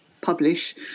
publish